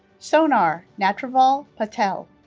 sonar natvarlal patel